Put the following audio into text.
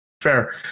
fair